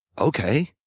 okay.